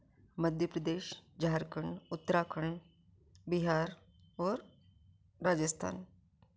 मध्य प्रदेश झारखंड उत्तराखंड बिहार और राजस्थान